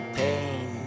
pain